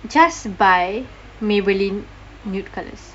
just buy Maybelline nude colours